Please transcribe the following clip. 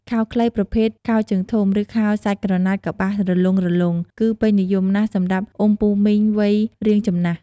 ខោខ្លីប្រភេទខោជើងធំ ឬខោសាច់ក្រណាត់កប្បាសរលុងៗ គឺពេញនិយមណាស់សម្រាប់អ៊ំពូមីងវ័យរាងចំណាស់។